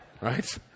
Right